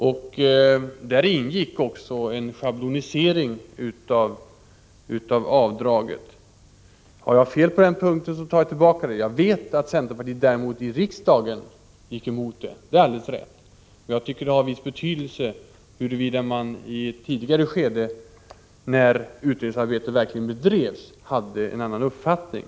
I detta ingick också en schablonisering av avdraget. Har jag fel på denna punkt, tar jag tillbaka vad jag har sagt. Jag vet däremot att centerpartiet i riksdagen gick emot förslaget om en schablonisering — det är alldeles rätt. Jag tycker att det har viss betydelse huruvida centerpartiet i ett tidigare skede, när utredningsarbete verkligen bedrevs, hade en annan uppfattning.